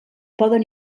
poden